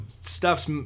stuff's